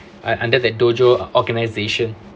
uh under that dojo organisation